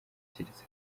keretse